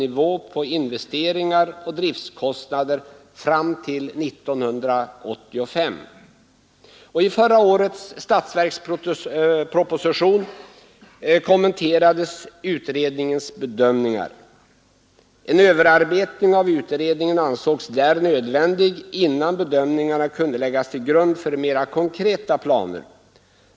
investeringar och driftkostnader fram till 1985. I förra årets statsverksproposition kommenterades utredningens bedömningar. En överarbetning av utredningen ansågs där nödvändig innan bedömningarna kunde läggas till grund för mera konkreta planer.